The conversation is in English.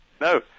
No